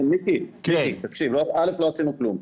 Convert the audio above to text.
מיקי, דבר ראשון, לא עשינו כלום.